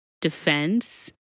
defense